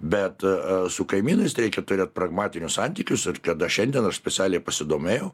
bet su kaimynais tai reikia turėti pragmatinius santykius ar kada šiandien aš specialiai pasidomėjau